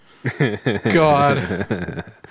God